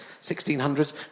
1600s